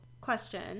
question